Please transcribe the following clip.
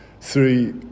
three